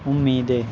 امیدیں